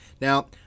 now